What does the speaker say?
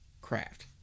craft